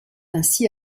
ainsi